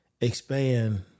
expand